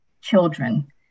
children